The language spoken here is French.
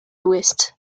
l’ouest